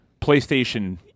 Playstation